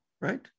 right